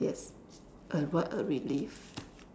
yes a what a relief